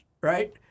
right